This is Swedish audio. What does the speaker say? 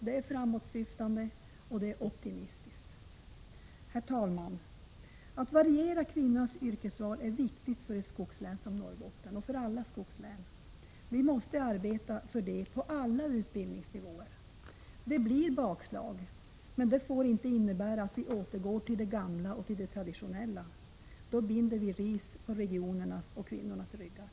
De är framåtsyftande och optimistiska. Herr talman! Att variera kvinnornas yrkesval är viktigt för skogslänen, inte minst för Norrbotten. Vi måste arbeta för det på alla utbildningsnivåer. Det blir bakslag, men det får inte innebära att vi återgår till det gamla och traditionella. Då binder vi ris åt regionernas och kvinnornas ryggar.